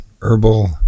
herbal